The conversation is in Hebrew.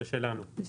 זה שלנו.